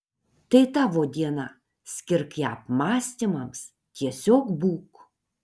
tai tavo diena skirk ją apmąstymams tiesiog būk